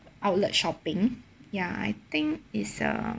outlet shopping ya I think is a